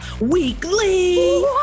Weekly